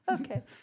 Okay